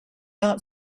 not